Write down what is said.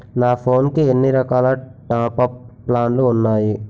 నా ఫోన్ కి ఎన్ని రకాల టాప్ అప్ ప్లాన్లు ఉన్నాయి?